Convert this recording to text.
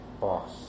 boss